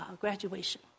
graduation